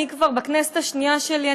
אני כבר בכנסת השנייה שלי.